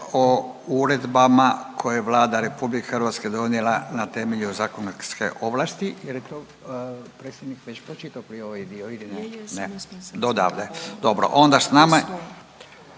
o uredbama koje je Vlada RH donijela na temelju zakonske ovlasti